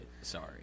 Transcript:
Sorry